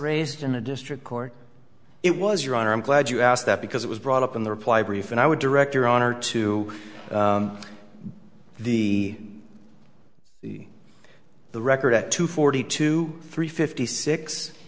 raised in a district court it was your honor i'm glad you asked that because it was brought up in the reply brief and i would direct your honor to the the record at two forty two three fifty six